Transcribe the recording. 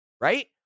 right